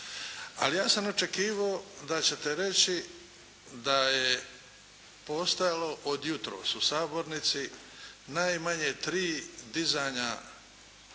Ali ja sam očekivao da ćete reći da je postojalo od jutros u sabornici najmanje tri dizanja